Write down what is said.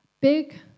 big